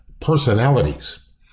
personalities